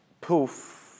poof